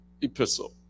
epistle